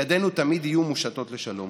ידינו תמיד יהיו מושטות לשלום,